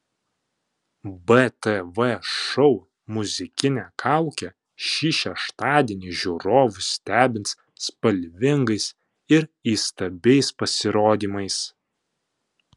btv šou muzikinė kaukė šį šeštadienį žiūrovus stebins spalvingais ir įstabiais pasirodymais